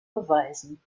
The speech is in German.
beweisen